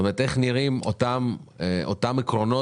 איך נראים אותם עקרונות